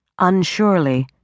unsurely